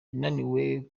yananiwe